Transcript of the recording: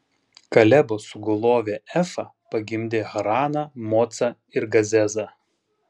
kalebo sugulovė efa pagimdė haraną mocą ir gazezą